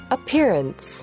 Appearance